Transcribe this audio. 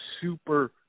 super